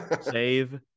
save